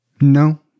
No